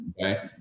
Okay